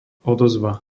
odozva